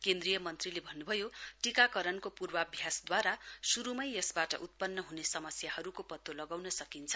केन्द्रीय मन्त्रीले भन्नुभयो टीकाकरणको पूर्वाभ्यासद्वारा शुरुमै यसबाट उत्पन्न हुने समस्याहरूको पत्तो लगाउन सकिन्छ